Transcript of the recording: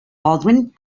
baldwin